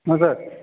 ହଁ ସାର୍